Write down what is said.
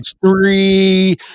three